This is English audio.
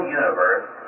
universe